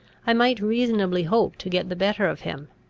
i might reasonably hope to get the better of him,